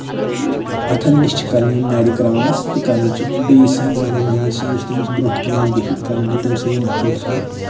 اَتھن نِش چھِ کَران یِم نَرِ کرٛاس تہٕ کَران چھِ بیٚیہِ سٕنٛدۍ زَنانہِ مۄہنٮ۪و سٕنٛز یۄس تٔمِس برٛونٛٹھٕ کَنہِ آسہِ بِہِتھ کَران چھِ تٔمۍ سٕنٛدٮ۪ن اَتھن تھپھ